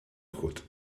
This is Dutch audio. goed